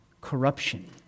corruption